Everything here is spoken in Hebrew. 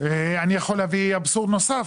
אני יכול להביא אבסורד נוסף.